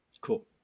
Cool